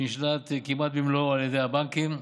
שנשלט כמעט במלואו על ידי הבנקים.